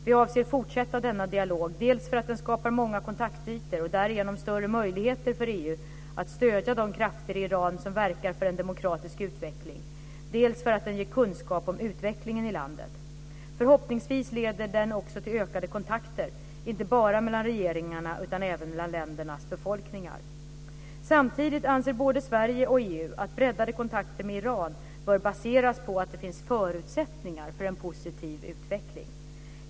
Vi avser att fortsätta denna dialog, dels för att den skapar många kontaktytor och därigenom större möjligheter för EU att stödja de krafter i Iran som verkar för en demokratisk utveckling, dels för att den ger kunskap om utvecklingen i landet. Förhoppningsvis leder den också till ökade kontakter, inte bara mellan regeringarna utan även mellan ländernas befolkningar. Samtidigt anser både Sverige och EU att breddade kontakter med Iran bör baseras på att det finns förutsättningar för en positiv utveckling.